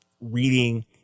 reading